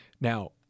Now